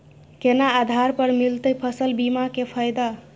केना आधार पर मिलतै फसल बीमा के फैदा?